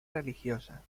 religiosa